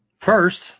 first